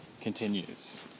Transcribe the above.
continues